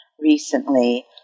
recently